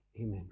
Amen